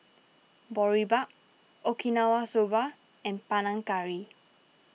Boribap Okinawa Soba and Panang Curry